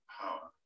power